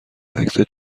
عکس